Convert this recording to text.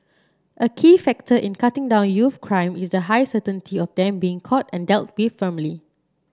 a key factor in cutting down youth crime is the high certainty of them being caught and dealt with firmly